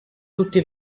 tutti